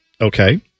Okay